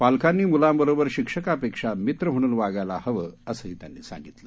पालकांनी मुलांबरोबर शिक्षकापेक्षा मित्र म्हणून वागायला हवं असंही त्यांनी सांगितलं